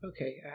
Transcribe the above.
Okay